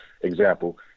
example